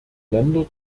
länder